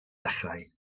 dechrau